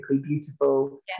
beautiful